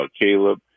Caleb